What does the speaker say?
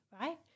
right